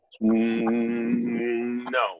No